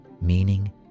meaning